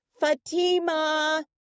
Fatima